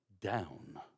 down